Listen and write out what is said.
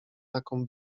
taką